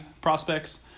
Prospects